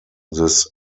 this